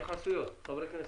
התייחסויות, חברי הכנסת.